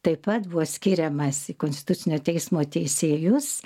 taip pat buvo skiriamas į konstitucinio teismo teisėjus